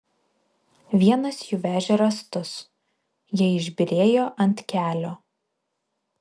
vienas jų vežė rąstus jie išbyrėjo ant kelio